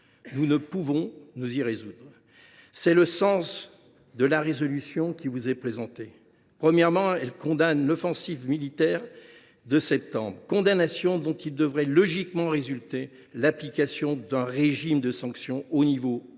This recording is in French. Nous ne pouvons nous y résoudre. Tel est le sens de la résolution qui vous est présentée, mes chers collègues. Premièrement, elle vise à condamner l’offensive militaire de septembre dernier, condamnation dont il devrait logiquement résulter l’application d’un régime de sanctions au niveau européen